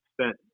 spent